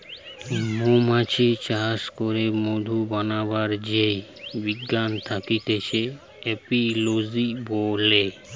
মৌমাছি চাষ করে মধু বানাবার যেই বিজ্ঞান থাকতিছে এপিওলোজি বলে